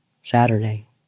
Saturday